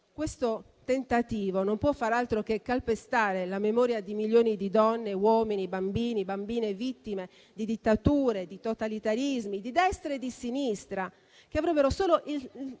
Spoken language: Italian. di Sant'Agata - non può far altro che calpestare la memoria di milioni di donne, uomini, bambini e bambine vittime di dittature, di totalitarismi di destra e di sinistra, con il solo